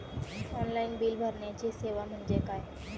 Online bill भरण्याची सेवा म्हणजे काय?